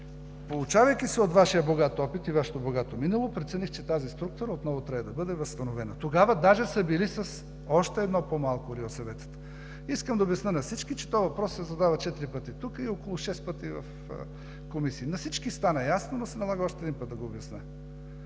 Поучавайки се от Вашия богат опит и Вашето богато минало, прецених, че тази структура отново трябва да бъде възстановена. Тогава даже са били с още едно по-малко РИОСВ-тата. Искам да обясня на всички, че този въпрос се задава четири пъти тук и около шест пъти в комисии. На всички стана ясно, но се налага още един път да го обясня: